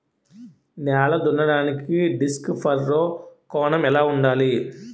నేల దున్నడానికి disc furrow కోణం ఎంత ఉండాలి?